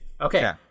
Okay